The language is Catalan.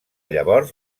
llavors